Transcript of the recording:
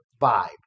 vibe